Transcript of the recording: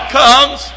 comes